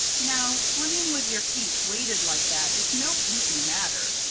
now, swimming with your feet weighted like that is no easy matter.